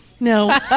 No